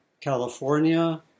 California